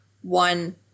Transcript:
one